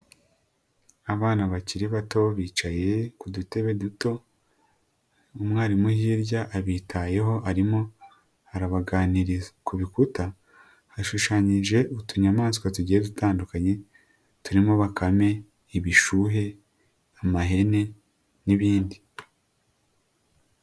Abana bakiri bato bicaye ku dutebe duto, umwarimu hirya abitayeho arimo arabaganiriza, ku rukuta hashushanyije utunyamaswa tugiye dutandukanye turimo bakame, ibishuhe, amahene n'ibindi.